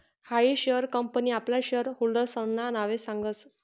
हायी share company आपला share होल्डर्सना नावे सांगस